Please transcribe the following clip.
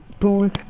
tools